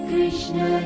Krishna